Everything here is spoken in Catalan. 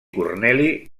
corneli